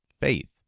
faith